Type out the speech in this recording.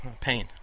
pain